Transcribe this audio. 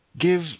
give